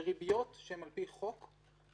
בריביות שהן על פי חוק,